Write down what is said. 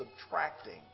subtracting